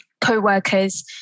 co-workers